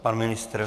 Pan ministr?